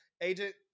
agent